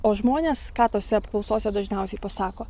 o žmonės ką tose apklausose dažniausiai pasako